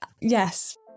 yes